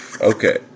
Okay